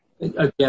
again